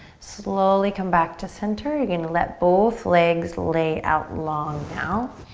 slowly come back to center. you're gonna let both legs lay out long now.